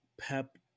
Pep